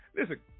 Listen